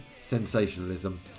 sensationalism